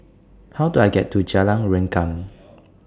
How Do I get to Jalan Rengkam